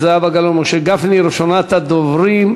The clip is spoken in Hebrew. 227 ו-271,